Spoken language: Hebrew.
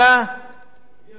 מי אשם?